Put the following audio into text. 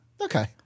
okay